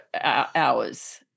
hours